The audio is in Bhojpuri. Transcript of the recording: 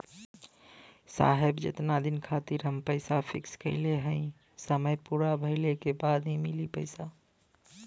साहब जेतना दिन खातिर हम पैसा फिक्स करले हई समय पूरा भइले के बाद ही मिली पैसा?